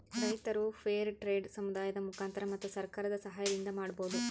ರೈತರು fair trade ಸಮುದಾಯದ ಮುಖಾಂತರ ಮತ್ತು ಸರ್ಕಾರದ ಸಾಹಯದಿಂದ ಮಾಡ್ಬೋದು